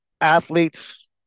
athletes